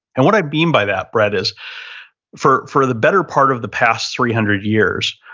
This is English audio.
and what i mean by that, brett, is for for the better part of the past three hundred years,